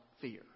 fear